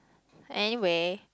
anyway